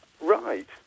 Right